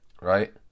Right